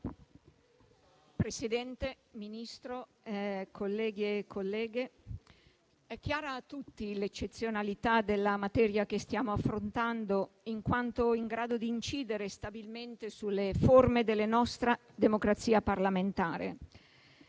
Presidente, Ministra, colleghi e colleghe, è chiara a tutti l'eccezionalità della materia che stiamo affrontando in quanto in grado di incidere stabilmente sulle forme della nostra democrazia parlamentare.